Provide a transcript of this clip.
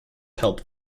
help